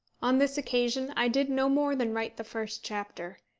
on this occasion i did no more than write the first chapter,